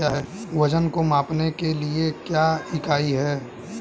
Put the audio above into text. वजन को मापने के लिए इकाई क्या है?